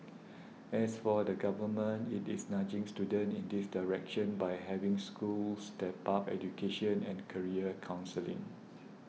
as for the Government it is nudging students in this direction by having schools step up education and career counselling